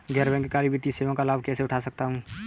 गैर बैंककारी वित्तीय सेवाओं का लाभ कैसे उठा सकता हूँ?